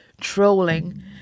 trolling